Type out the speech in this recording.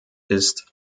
ist